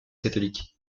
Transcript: catholique